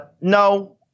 No